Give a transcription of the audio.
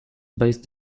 based